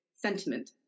sentiment